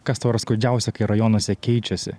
kas tau yra skaudžiausia kai rajonuose keičiasi